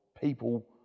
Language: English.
people